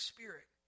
Spirit